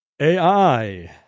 ai